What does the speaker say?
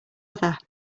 other